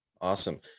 Awesome